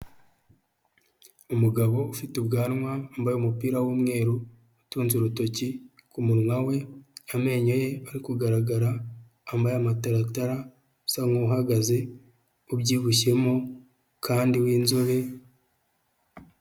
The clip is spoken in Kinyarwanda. Umugabo ufite ubwanwa, wambaye umupira w'umweru, utuze urutoki ku munwa we, amenyo ye ari kugaragara, wambaye amataratara, usa nk'uhagaze, ubyibushyemo kandi w'inzobe.